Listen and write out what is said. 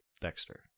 Dexter